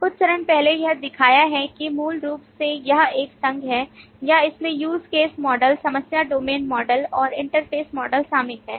कुछ चरण पहले यह दिखाते हैं कि मूल रूप से यह एक संघ है या इसमें use case मॉडल समस्या डोमेन मॉडल और इंटरफ़ेस मॉडल शामिल हैं